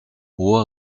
hohe